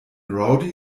rowdy